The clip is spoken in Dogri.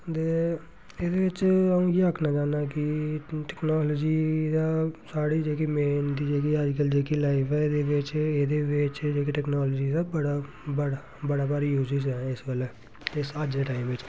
ते एह्दे च अ'ऊं इ'यै आक्खना चाह्न्नां कि टैक्नोलाजी दा साढ़े जेह्ड़ी मेन जेह्ड़ी अज्जकल जेह्की लाइफ ऐ एह्दे बिच्च एह्दे बिच्च जेह्की टैक्नोलाजी दा बड़ा बड़ा बड़ी बारी यूज ऐ इस गल्ला ते अज्ज दे टाइम बिच्च